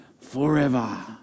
forever